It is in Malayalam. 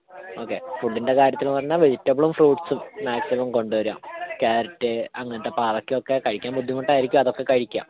ഓക്കെ ഫുഡിൻ്റെ കാര്യത്തിൽ പറഞ്ഞാൽ വെജിറ്റബിളും ഫ്രൂട്സും മാക്സിമം കൊണ്ടുവരുക കാരറ്റ് അങ്ങനത്തെ പാവക്കയൊക്കെ കഴിക്കാൻ ബുദ്ധിമുട്ടായിരിക്കും അതൊക്കെ കഴിക്കുക